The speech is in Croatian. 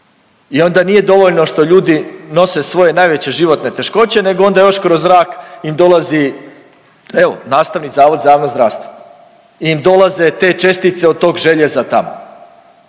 i onda nije dovoljno što ljudi nose svoje najveće životne teškoće, nego onda još kroz zrak im dolazi, evo, NZJZ, im dolaze te čestice od tog željeza tamo.